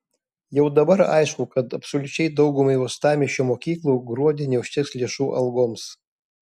jau dabar aišku kad absoliučiai daugumai uostamiesčio mokyklų gruodį neužteks lėšų algoms